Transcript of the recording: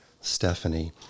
Stephanie